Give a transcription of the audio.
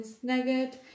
snagged